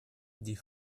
die